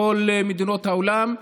כל מדינות העולם,